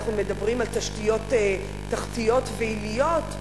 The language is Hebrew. אנחנו מדברים על תשתיות תחתיות ועיליות,